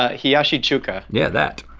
hiyashi chuka. yeah, that.